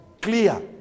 clear